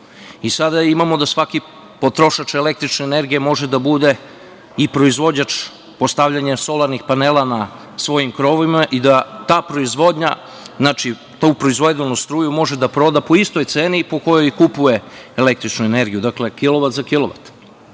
Sada imamo da svaki potrošač električne energije može da bude i proizvođač, postavljanjem solarnih panela na svojim krovovima, i da ta proizvodnja, tu proizvedenu struju može da proda po istoj ceni po kojoj i kupuje električnu energiju. Dakle, kilovat za kilovat. Moramo